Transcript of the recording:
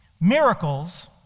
Miracles